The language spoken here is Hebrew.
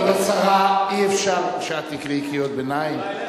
כבוד השרה, אי-אפשר שאת תקראי קריאות ביניים.